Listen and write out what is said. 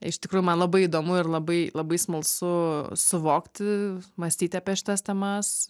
iš tikrųjų man labai įdomu ir labai labai smalsu suvokti mąstyti apie šitas temas